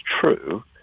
true